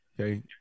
Okay